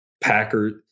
Packers